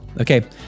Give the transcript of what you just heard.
Okay